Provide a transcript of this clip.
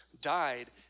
died